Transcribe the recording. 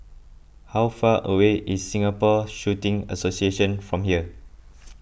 how far away is Singapore Shooting Association from here